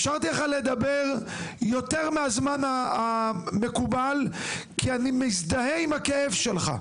אפשרתי לך לדבר יותר מהזמן המקובל כי אני מזדהה עם הכאב שלך.